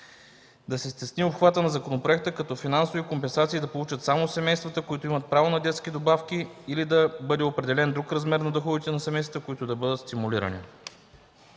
Да се стесни обхватът на законопроекта като финансови компенсации да получават само семействата, които имат право на детски добавки или да бъде определен друг размер на доходите на семействата, които да бъдат стимулирани.